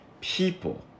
people